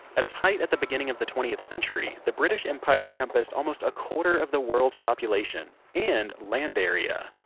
at its height at the beginning of the twentieth century, the british empire encompassed almost a quarter of the world's population, and land area